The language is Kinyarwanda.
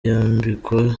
yambikwa